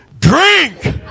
drink